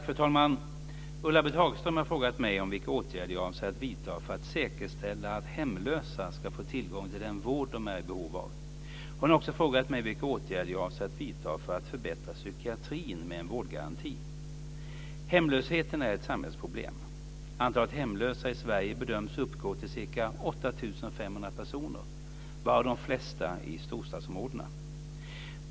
Fru talman! Ulla-Britt Hagström har frågat mig om vilka åtgärder jag avser att vidta för att säkerställa att hemlösa ska få tillgång till den vård de är i behov av. Hon har också frågat mig vilka åtgärder jag avser att vidta för att förbättra psykiatrin med en vårdgaranti. Hemlösheten är ett samhällsproblem. Antalet hemlösa i Sverige bedöms uppgå till ca 8 500 personer, varav de flesta i storstadsområdena.